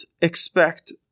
expect